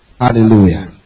Hallelujah